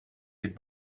good